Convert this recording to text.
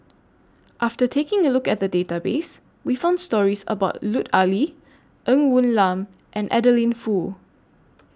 after taking A Look At The Database We found stories about Lut Ali Ng Woon Lam and Adeline Foo